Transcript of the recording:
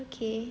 okay